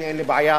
אין לי בעיה,